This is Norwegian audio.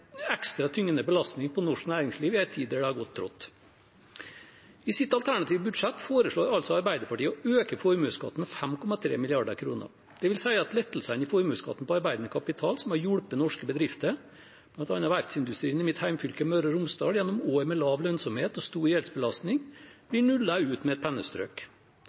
ekstra tyngende belastning for norsk næringsliv i en tid der det har gått trått. I sitt alternative budsjett foreslår Arbeiderpartiet å øke formuesskatten med 5,3 mrd. kr. Det vil si at lettelsene i formuesskatten på arbeidende kapital, som har hjulpet norske bedrifter – bl.a. verftsindustrien i mitt hjemfylke Møre og Romsdal – gjennom år med lav lønnsomhet og stor gjeldsbelastning, blir nullet ut med et pennestrøk.